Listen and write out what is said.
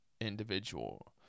individual